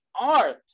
art